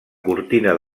cortina